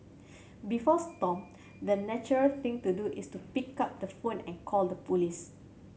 before Stomp the natural thing to do is to pick up the phone and call the police